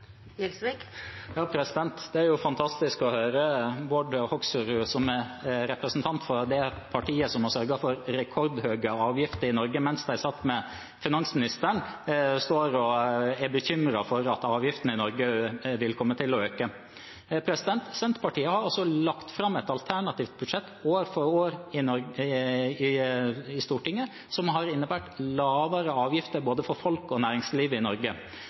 Det er fantastisk å høre Bård Hoksrud, som representant for det partiet som har sørget for rekordhøye avgifter i Norge mens de satt med finansministeren, stå og være bekymret for at avgiftene i Norge vil komme til å øke. Senterpartiet har lagt fram et alternativt budsjett år for år i Stortinget, som innebærer lavere avgifter både for folk og næringsliv i Norge.